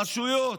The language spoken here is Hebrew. על רשויות.